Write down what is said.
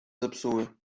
zepsuły